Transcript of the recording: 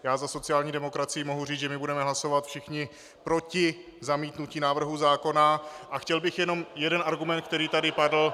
Já za sociální demokracii mohu říct, že my budeme hlasovat všichni proti zamítnutí návrhu zákona, a chtěl bych jenom jeden argument, který tady padl...